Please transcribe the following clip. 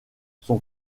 son